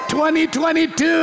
2022